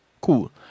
Cool